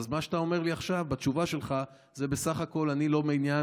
אז מה שאתה אומר לי עכשיו בתשובה שלך זה בסך הכול: לא מעניין,